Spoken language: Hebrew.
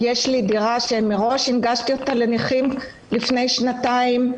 יש לי דירה שמראש הנגשתי אותה לנכים לפני שנתיים,